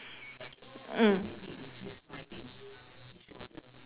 mm